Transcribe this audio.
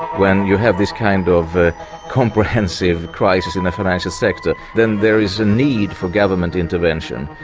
when you have this kind of comprehensive crisis in the financial sector, then there is a need for government intervention.